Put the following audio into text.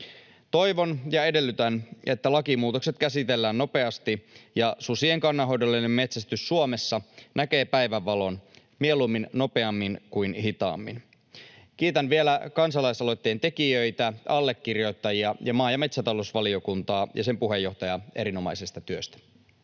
Toivon ja edellytän, että lakimuutokset käsitellään nopeasti ja susien kannanhoidollinen metsästys Suomessa näkee päivänvalon mieluummin nopeammin kuin hitaammin. Kiitän vielä kansalaisaloitteen tekijöitä, allekirjoittajia ja maa- ja metsätalousvaliokuntaa ja sen puheenjohtajaa erinomaisesta työstä.